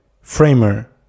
Framer